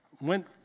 went